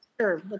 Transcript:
sure